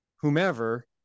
whomever